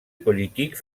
politique